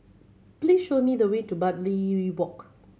please show me the way to Bartley Walk